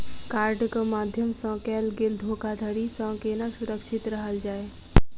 कार्डक माध्यम सँ कैल गेल धोखाधड़ी सँ केना सुरक्षित रहल जाए?